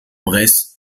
bresse